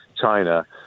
China